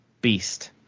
beast